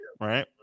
right